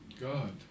God